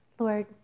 Lord